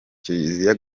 kiliziya